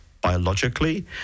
biologically